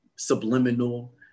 subliminal